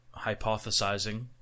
hypothesizing